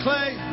Clay